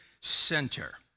center